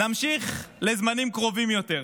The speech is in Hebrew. נמשיך לזמנים קרובים יותר.